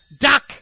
duck